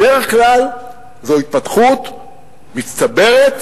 בדרך כלל זו התפתחות מצטברת,